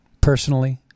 personally